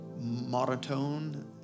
monotone